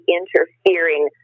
interfering